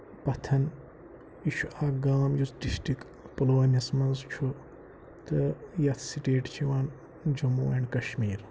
پَتھن یہِ چھُ اکھ گام یُس ڈِسٹرک پُلوٲمِس منٛز چھُ تہٕ یَتھ سٹیٹ چھُ یِوان جموں اینٛڈ کشمیٖر